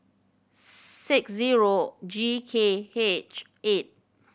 six zero G K H eight